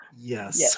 Yes